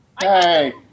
Hey